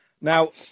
now